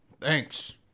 Thanks